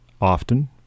often